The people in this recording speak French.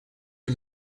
les